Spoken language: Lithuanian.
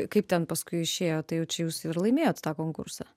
kaip ten paskui išėjo tai jau čia jūs ir laimėjot tą konkursą